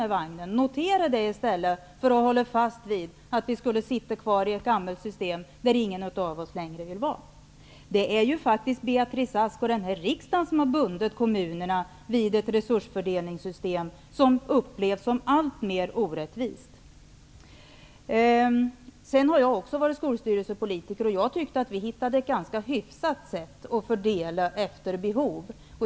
Lägg märke till detta, i stället för att hålla fast vid att vi sitter kvar i ett gammalt system där ingen vill vara längre. Det är ju faktiskt Beatrice Ask och riksdagen som har bundit kommunerna vid ett resursfördelningssystem som upplevs som alltmer orättvist. Jag har också varit politiker i en skolstyrelse. Jag tycker att vi fann ett ganska hyfsat sätt att fördela efter behov.